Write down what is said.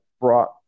brought